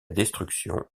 destruction